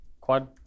quad